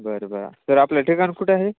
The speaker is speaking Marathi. बरं बरं तर आपलं ठिकाण कुठं आहे